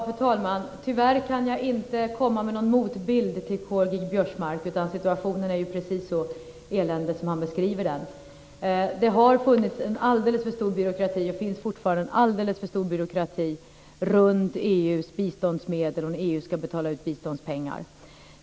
Fru talman! Tyvärr kan jag inte komma med någon motbild till Karl-Göran Biörsmark. Situationen är precis så eländig som han beskriver den. Det har funnits och finns fortfarande en alldeles för stor byråkrati runt EU:s biståndsmedel när EU ska betala ut biståndspengar.